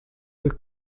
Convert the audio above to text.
were